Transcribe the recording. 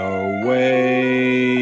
away